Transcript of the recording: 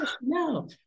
no